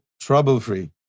trouble-free